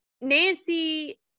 Nancy